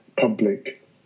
public